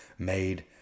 Made